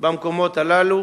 במקומות האלו.